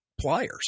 pliers